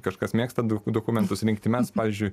kažkas mėgsta daug dokumentų surinkti mes pavyzdžiui